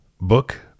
book